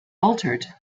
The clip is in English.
altered